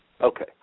Okay